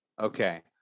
okay